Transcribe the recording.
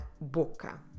boca